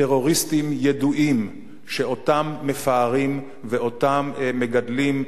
טרוריסטים ידועים שמפארים ומגדלים,